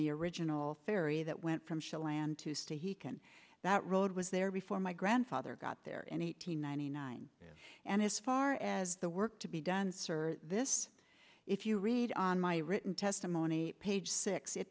the original ferry that went from shell land to stay he can that road was there before my grandfather got there and eight hundred ninety nine and as far as the work to be done sir this if you read on my written testimony page six it